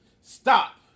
Stop